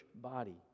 body